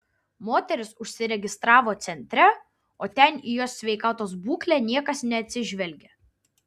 moteris užsiregistravo centre o ten į jos sveikatos būklę niekas neatsižvelgia